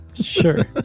Sure